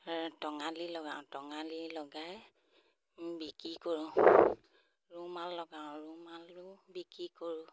টঙালি লগাওঁ টঙালি লগাই বিকি কৰোঁ ৰুমাল লগাওঁ ৰুমালো বিকি কৰোঁ